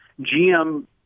GM